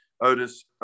Otis